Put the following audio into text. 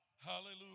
Hallelujah